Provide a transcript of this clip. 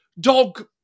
dog